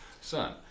son